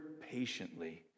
patiently